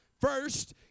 first